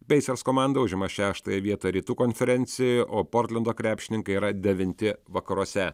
pacers komanda užima šeštąją vietą rytų konferencijoj o portlendo krepšininkai yra devinti vakaruose